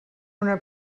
una